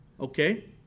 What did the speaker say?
Okay